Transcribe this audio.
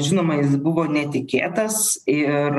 žinoma jis buvo netikėtas ir